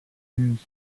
news